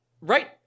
Right